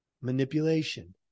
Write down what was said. manipulation